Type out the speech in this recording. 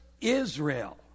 Israel